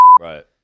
right